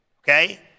Okay